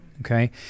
okay